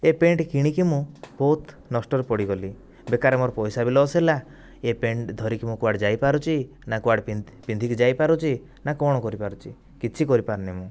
ଏ pant କିଣିକି ମୁଁ ବହୁତ ନଷ୍ଟରେ ପଡ଼ିଗଲି ବେକାରରେ ମୋର ପଇସା ବି ଲସ୍ ହେଲା ଏ ପ୍ୟାଣ୍ଟଟିକୁ ଧରିକି ମୁଁ କୁଆଡ଼େ ଯାଇପାରୁଛି ନା କୁଆଡ଼େ ପିନ୍ଧିକି ଯାଇପାରୁଛି ନା କ'ଣ କରିପାରୁଛି କିଛି କରିପାରୁନି ମୁଁ